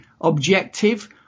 objective